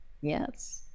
yes